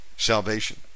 Salvation